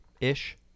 ish